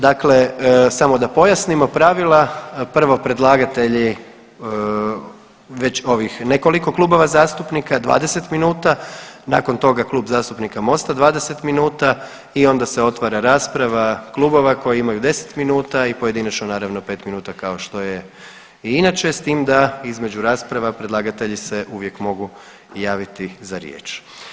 Dakle samo da pojasnimo pravila, prvo predlagatelji već ovih nekoliko klubova zastupnika, 20 minuta, nakon toga Kluba zastupnika Mosta 20 minuta i onda se otvara rasprava klubova koji imaju 10 minuta i pojedinačno, naravno, 5 minuta, kao što je i inače s tim da između rasprava, predlagatelji se uvijek mogu javiti za riječ.